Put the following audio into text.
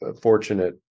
Fortunate